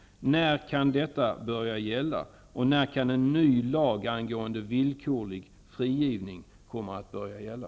När kan detta börja gälla? Och när kan en ny lag angående villkorlig frigivning komma att börja gälla?